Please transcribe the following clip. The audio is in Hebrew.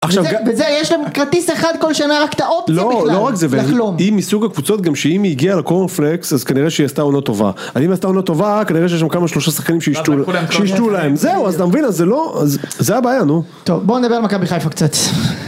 עכשיו גם- וזה יש להם כרטיס אחד כל שנה, רק ת'אופציה בכלל, לחלום. היא מסוג הקבוצות, גם שאם היא הגיעה לקורנפלקס, אז כנראה שהיא עשתה עונה טובה. אם היא עשתה עונה טובה, כנראה שיש להם כמה שלושה שחקנים שישתו להם. זהו, אז אתה מבין, אז זה לא... זה הבעיה, נו. טוב, בואו נדבר על מכבי חיפה קצת.